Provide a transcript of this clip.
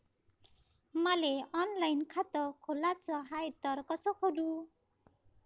मले ऑनलाईन खातं खोलाचं हाय तर कस खोलू?